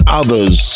others